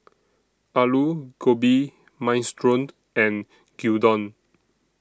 Alu Gobi Minestrone and Gyudon